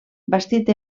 bastit